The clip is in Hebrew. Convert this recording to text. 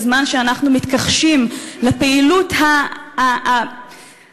בזמן שאנחנו מתכחשים לפעילות האמיתית